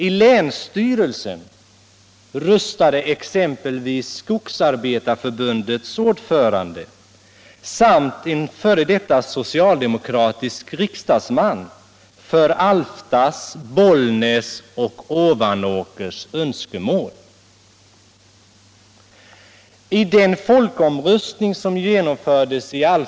I länsstyrelsen röstade exempelvis Skogsarbetareförbundets ordförande samt en f. d. socialdemokratisk riksdagsman för Alftas, Bollnäs och Ovanåkers önskemål.